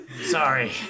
Sorry